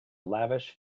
lavish